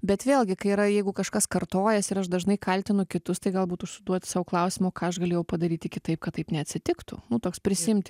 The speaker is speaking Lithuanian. bet vėlgi kai yra jeigu kažkas kartojasi ir aš dažnai kaltinu kitus tai galbūt užsiduoti sau klausimą o ką aš galėjau padaryti kitaip kad taip neatsitiktų nu toks prisiimti